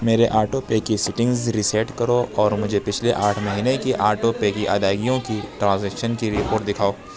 میرے auto pay کی settings reset کرو اور مجھے پچھلے آٹھ مہینے کی آٹو پے کی ادائیگیوں کی ترانزیکشن کی رپورٹ دکھاؤ